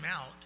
out